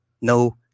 No